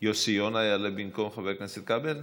יוסי יונה יעלה במקום חבר הכנסת כבל?